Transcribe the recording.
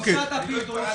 בתוך קופסת הקורונה --- לא.